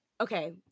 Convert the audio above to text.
Okay